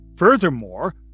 Furthermore